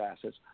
assets